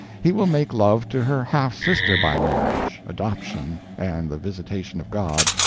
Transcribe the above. he will make love to her half-sister by marriage, adoption, and the visitation of god,